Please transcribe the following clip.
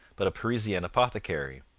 but a parisian apothecary.